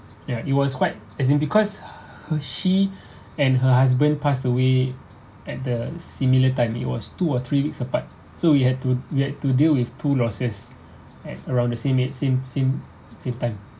ya it was quite as in because her she and her husband passed away at the similar time it was two or three weeks apart so we had to we had to deal with two losses at around the same it same same same time